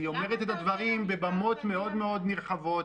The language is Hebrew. היא אומרת את הדברים בבמות מאוד מאוד נרחבות,